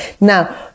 now